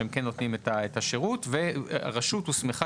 שהם כן נותנים את השירות והרשות הוסמכה